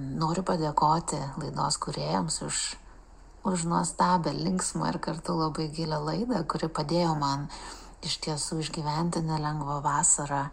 noriu padėkoti laidos kūrėjams už už nuostabią linksmą ir kartu labai gilią laidą kuri padėjo man iš tiesų išgyventi nelengvą vasarą